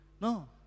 no